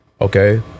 okay